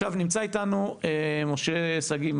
עכשיו, נמצוא איתנו משה שגיא,